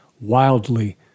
wildly